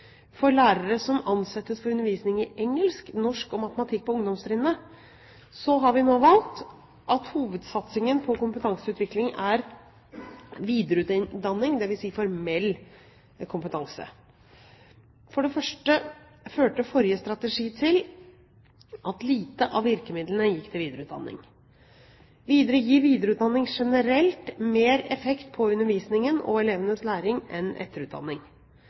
for lærere som ansettes for undervisning i engelsk, norsk og matematikk på ungdomstrinnet, har vi nå valgt at hovedsatsingen på kompetanseutvikling er videreutdanning, dvs. formell kompetanse. For det første førte forrige strategi til at lite av virkemidlene gikk til videreutdanning. Videre gir videreutdanning generelt mer effekt på undervisningen og elevenes læring enn etterutdanning